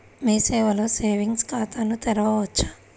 మీ సేవలో సేవింగ్స్ ఖాతాను తెరవవచ్చా?